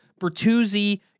Bertuzzi